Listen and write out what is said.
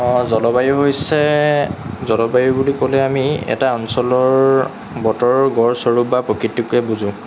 আ জলবায়ু হৈছে জলবায়ু বুলি ক'লে আমি এটা অঞ্চলৰ বতৰৰ গড় স্বৰূপ বা প্ৰকৃতিকে বুজোঁ